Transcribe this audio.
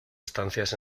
estancias